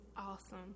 awesome